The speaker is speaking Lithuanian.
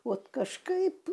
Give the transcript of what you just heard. vat kažkaip